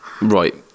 right